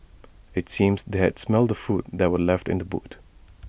IT seemed that they had smelt the food that were left in the boot